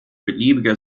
beliebige